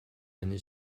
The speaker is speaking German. eine